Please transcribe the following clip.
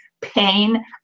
pain